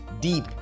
deep